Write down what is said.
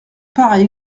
pareil